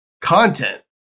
content